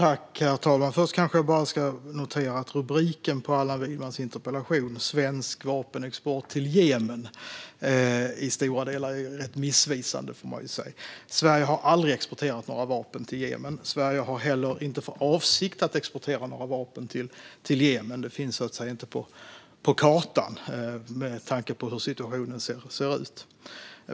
Herr talman! Först kanske jag bara ska notera att rubriken på Allan Widmans interpellation, Svensk vapenexport till Jemen , i stora delar faktiskt är rätt missvisande. Sverige har aldrig exporterat några vapen till Jemen. Sverige har heller inte för avsikt att exportera några vapen till Jemen; det finns så att säga inte på kartan med tanke på hur situationen ser ut.